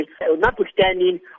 notwithstanding